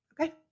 Okay